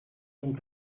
donc